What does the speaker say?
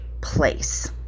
place